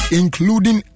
including